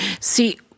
see